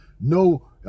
no